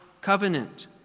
covenant